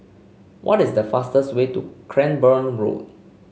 what is the fastest way to Cranborne Road